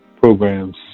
programs